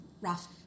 rough